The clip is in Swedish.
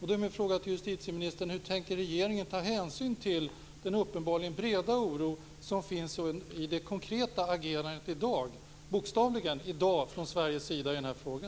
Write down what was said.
Hur tänker regeringen ta hänsyn till den uppenbarligen breda oro som rent konkret finns i dag i Sverige?